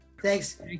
Thanks